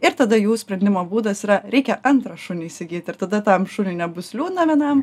ir tada jų sprendimo būdas yra reikia antrą šunį įsigyt ir tada tam šuniui nebus liūdna vienam